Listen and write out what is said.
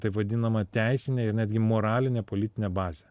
taip vadinama teisinė ir netgi moralinė politinė bazė